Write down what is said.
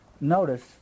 Notice